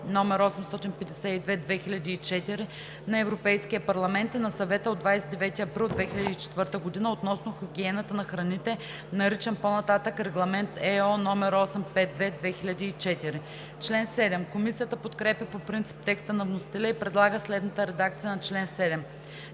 № 852/2004 на Европейския парламент и на Съвета от 29 април 2004 г. относно хигиената на храните, наричан по-нататък „Регламент (ЕО) № 852/2004“.“ Комисията подкрепя по принцип текста на вносителя и предлага следната редакция на чл. 7: